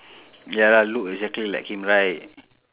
ya lah look exactly like him right